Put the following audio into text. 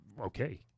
Okay